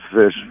fish